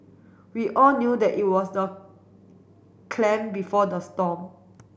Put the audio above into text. we all knew that it was the clam before the storm